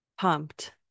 pumped